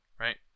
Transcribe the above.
Right